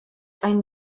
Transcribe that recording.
einen